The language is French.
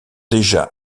déjà